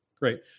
Great